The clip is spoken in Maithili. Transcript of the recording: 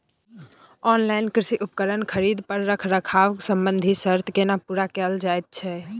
ऑनलाइन कृषि उपकरण खरीद पर रखरखाव संबंधी सर्त केना पूरा कैल जायत छै?